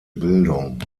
bildung